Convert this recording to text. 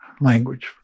language